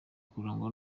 kuramya